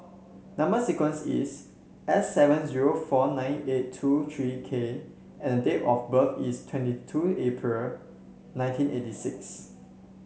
number sequence is S seven zero four nine eight two three K and date of birth is twenty two April nineteen eighty six